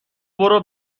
برو